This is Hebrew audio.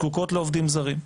זקוקות לעובדים זרים,